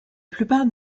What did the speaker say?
plupart